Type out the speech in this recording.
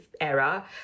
era